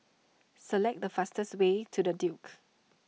select the fastest way to the Duke